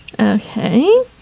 okay